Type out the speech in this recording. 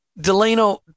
Delano